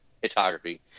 photography